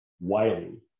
Wiley